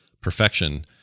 perfection